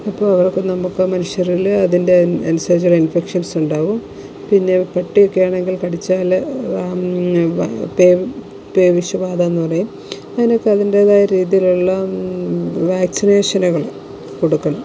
അപ്പോൾ നമുക്ക് മനുഷ്യരിൽ അതിൻ്റെ അനുസരിച്ച് ഓരോ ഇൻഫെക്ഷൻസ് ഉണ്ടാകും പിന്നെ പട്ടി ഒക്കെ ആണെങ്കിൽ കടിച്ചാൽ പേ പേവിഷബാധ എന്ന് പറയും അതിനൊക്കെ അതിൻറേതായ രീതിയിലുള്ള വാക്സിനേഷനുകൾ കൊടുക്കണം